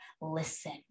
listen